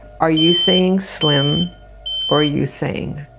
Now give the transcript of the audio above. are you saying slim or are you saying